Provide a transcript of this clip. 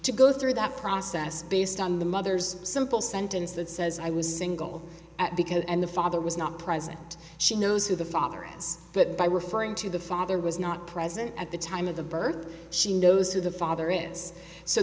to go through that process based on the mother's simple sentence that says i was single at because and the father was not present she knows who the father has but by were for into the father was not present at the time of the birth she knows who the father is so